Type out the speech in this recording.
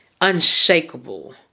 unshakable